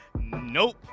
Nope